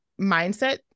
mindset